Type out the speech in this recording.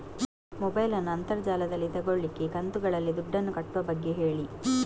mobile ನ್ನು ಅಂತರ್ ಜಾಲದಲ್ಲಿ ತೆಗೋಲಿಕ್ಕೆ ಕಂತುಗಳಲ್ಲಿ ದುಡ್ಡನ್ನು ಕಟ್ಟುವ ಬಗ್ಗೆ ಹೇಳಿ